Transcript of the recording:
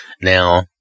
Now